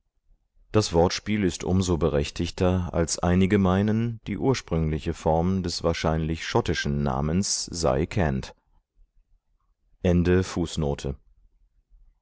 das wortspiel ist um so berechtigter als einige meinen die ursprüngliche form des wahrscheinlich schottischen namens sei cant